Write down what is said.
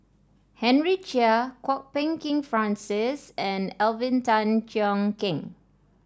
Henry Chia Kwok Peng Kin Francis and Alvin Tan Cheong Kheng